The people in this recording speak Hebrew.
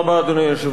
אני מציע,